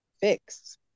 fix